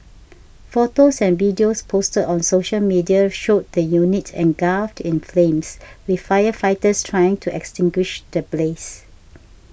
photos and videos posted on social media showed the unit engulfed in flames with firefighters trying to extinguish the blaze